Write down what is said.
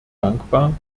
dankbar